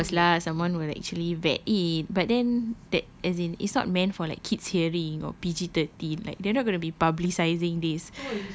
of course lah someone will actually vet it but then that as in it's not meant for like kids hearing or P_G thirteen like they're not gonna be publicizing this